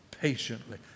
patiently